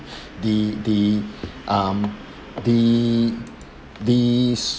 the the um the these